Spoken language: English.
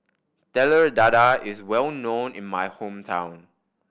Telur Dadah is well known in my hometown